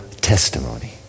testimony